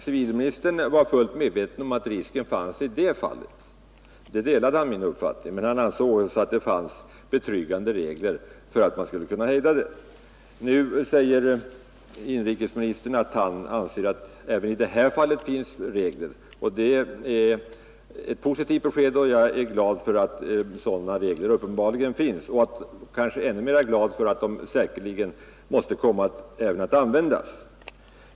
Civilministern var fullt medveten om att risken finns, men han ansåg att det finns betryggade regler för att en sådan utveckling skall kunna hejdas. Inrikesministern säger nu att han anser att det även i nu ifrågavarande fall finns tillfredsställande regler. Det är ett positivt besked, och jag är glad för att sådana regler finns, eftersom de säkerligen kommer att behöva användas.